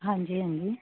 ਹਾਂਜੀ ਹਾਂਜੀ